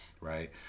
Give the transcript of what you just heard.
right